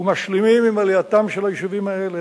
ומשלימים עם עלייתם של היישובים האלה.